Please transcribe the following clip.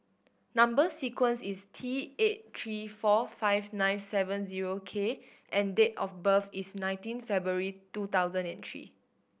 number sequence is T eight three four five nine seven zero K and date of birth is nineteen February two thousand and three